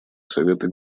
совета